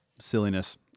Silliness